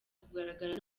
kugaragara